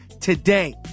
today